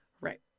Right